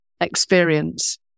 experience